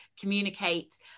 communicate